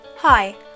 Hi